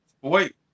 Wait